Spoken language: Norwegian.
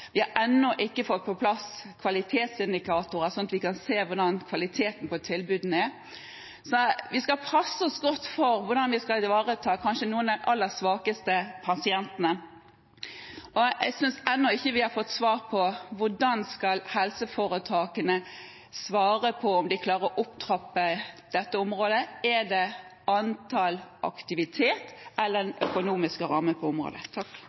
vi ennå ikke har fått på plass kvalitetsindikatorer, sånn at vi kan se hvordan kvaliteten på tilbudene er. Vi skal passe oss godt for hvordan vi skal ivareta kanskje noen av de aller svakeste pasientene. Jeg synes ennå ikke vi har fått svar på hvordan helseforetakene skal svare på om de klarer å trappe opp dette området. Er det på antall aktiviteter eller den økonomiske rammen på området?